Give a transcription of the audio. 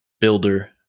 builder